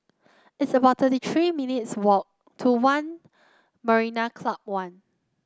it's about thirty three minutes' walk to One Marina Club One